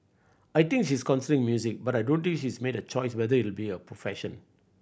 I think she's considering music but I don't think she's made a choice whether it will be her profession